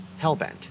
Hellbent